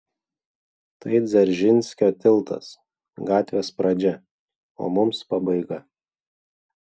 tai dzeržinskio tiltas gatvės pradžia o mums pabaiga